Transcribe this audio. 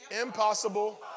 impossible